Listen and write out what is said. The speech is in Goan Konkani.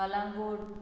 कलंगूट